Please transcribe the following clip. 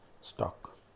stock